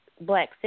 black